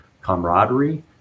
camaraderie